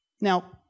Now